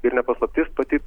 ir ne paslaptis pati